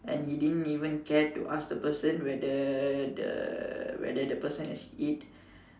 and you didn't even care to ask the person whether the whether the person has eat